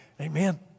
Amen